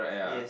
yes